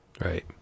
Right